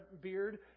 beard